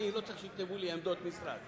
אני לא צריך שיכתבו לי עמדות משרד,